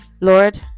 lord